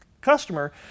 customer